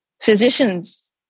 physicians